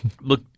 Look